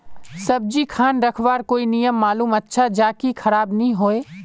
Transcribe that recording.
सब्जी खान रखवार कोई नियम मालूम अच्छा ज की खराब नि होय?